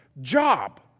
job